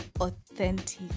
authentic